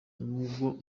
nubwo